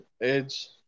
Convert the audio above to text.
Edge